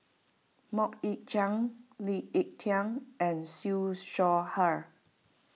Mok Ying Jang Lee Ek Tieng and Siew Shaw Her